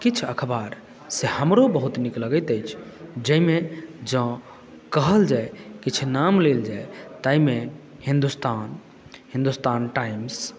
किछु अखबार से हमरो बहुत नीक लगैत अछि जहिमे जँ कहल जाय किछु नाम लेल जाय ताहिमे हिन्दुस्तान हिन्दुस्तान टाइम्स